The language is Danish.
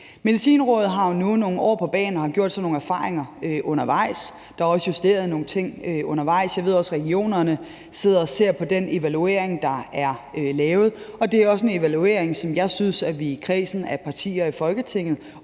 Medicinrådet har jo nu nogle år på bagen og har gjort sig nogle erfaringer undervejs. Der er også justeret nogle ting undervejs, og jeg ved også, at regionerne sidder og ser på den evaluering, der er lavet. Det er også en evaluering, som jeg synes vi i kredsen af partier i Folketinget